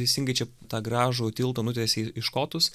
teisingai čia tą gražų tiltą nutiesei į škotus